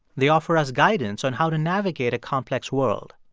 they offer us guidance on how to navigate a complex world.